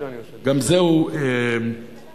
גם זה מענק